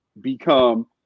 become